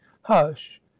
hush